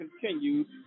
continues